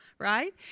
right